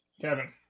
Kevin